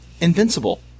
Invincible